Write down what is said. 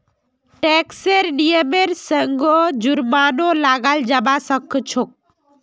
टैक्सेर नियमेर संगअ जुर्मानो लगाल जाबा सखछोक